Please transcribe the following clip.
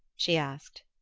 she asked.